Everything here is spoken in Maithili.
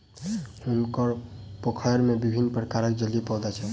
हुनकर पोखैर में विभिन्न प्रकारक जलीय पौधा छैन